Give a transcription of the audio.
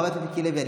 חבר הכנסת לוי,